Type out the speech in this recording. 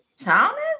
Thomas